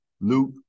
Luke